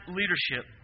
leadership